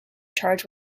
charge